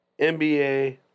NBA